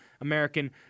American